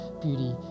beauty